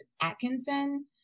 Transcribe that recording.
Atkinson